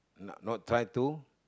not not try to